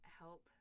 help